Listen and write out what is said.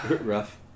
rough